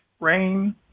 rain